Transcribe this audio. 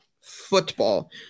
Football